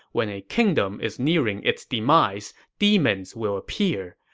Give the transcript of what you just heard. when a kingdom is nearing its demise, demons will appear.